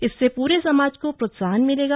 इससे पूरे समाज को प्रोत्साहन मिलेगा